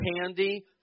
candy